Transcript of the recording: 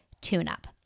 tune-up